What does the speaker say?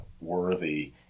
worthy